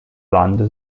dando